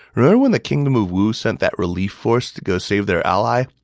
remember when the kingdom of wu sent that relief force to go save their ally?